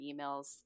emails